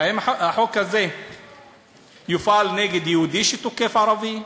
האם החוק הזה יופעל נגד יהודי שתוקף ערבי?